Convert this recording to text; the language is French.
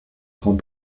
grand